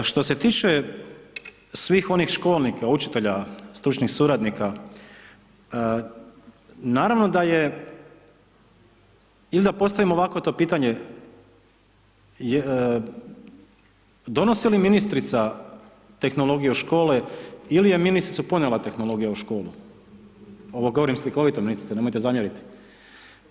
Što se tiče svih onih školnika, učitelja, stručnih suradnika naravno da je, il da postavim ovako to pitanje, donosi li ministrica tehnologiju u škole ili je ministricu ponela tehnologija u školu, ovo govorim slikovito, ministrice nemojte zamjerit.